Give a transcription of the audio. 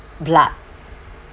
blood